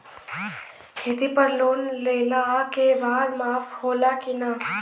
खेती पर लोन लेला के बाद माफ़ होला की ना?